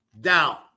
down